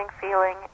feeling